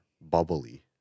bubbly